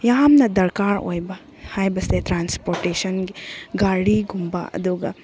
ꯌꯥꯝꯅ ꯗꯔꯀꯥꯔ ꯑꯣꯏꯕ ꯍꯥꯏꯕꯁꯦ ꯇ꯭ꯔꯥꯟꯁꯄꯣꯔꯇꯦꯁꯟ ꯒꯥꯔꯤꯒꯨꯝꯕ ꯑꯗꯨꯒ